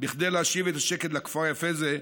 כדי להשיב את השקט לכפר היפה הזה,